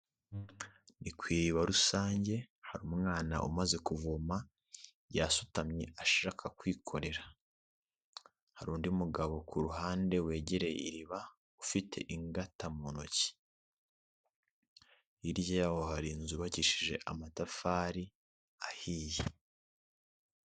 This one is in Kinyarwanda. Ni ku iriba rusange hari umwana umaze kuvoma, yasutamye ashaka kwikorera. Hari undi mugabo ku ruhande wegereye iriba, ufite ingata mu ntoki. Hirya yaho hari inzu yubakishije amatafari ahiye.